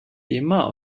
immer